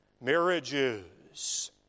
Marriages